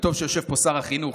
וטוב שיושב פה שר החינוך.